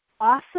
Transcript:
awesome